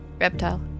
Reptile